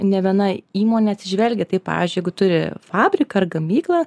ne viena įmonė atsižvelgia taip pavyzdžiui jeigu turi fabriką ar gamyklą